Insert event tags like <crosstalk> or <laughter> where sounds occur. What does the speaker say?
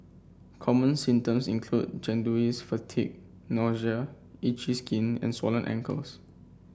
common symptoms include jaundice fatigue <unintelligible> itchy skin and swollen ankles